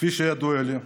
כמו כן,